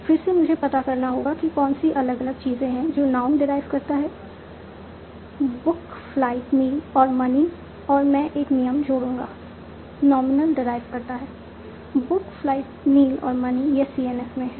फिर से मुझे पता करना होगा कि कौन सी अलग अलग चीजें हैं जो नाउन डेराइव करता है बुक फ्लाइट मील और मनी और मैं एक नियम जोड़ूंगा नॉमिनल डेराइव करता है बुक फ्लाइट मील और मनी यह CNF में है